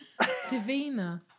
Davina